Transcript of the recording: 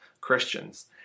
Christians